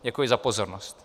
Děkuji za pozornost.